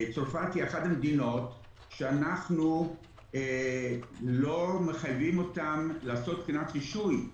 היא אחת המדינות שאנחנו לא מחייבים אותם לעשות בחינת רישוי.